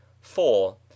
four